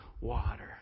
water